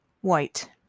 White